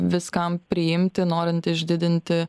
viskam priimti norint išdidinti